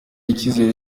icyizere